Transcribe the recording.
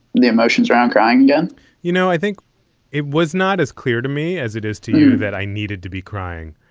the emotions around crying. yeah you know, i think it was not as clear to me as it is to you that i needed to be crying.